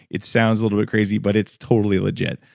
it sounds a little bit crazy but it's totally legit.